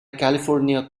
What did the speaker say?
california